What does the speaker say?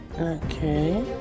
Okay